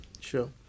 Sure